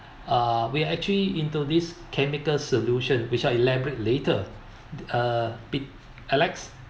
uh we actually into this chemical solution we shall elaborate later a bit alex